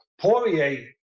Poirier